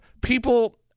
People